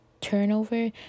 turnover